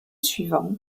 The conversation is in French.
suivant